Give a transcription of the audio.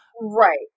Right